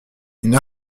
une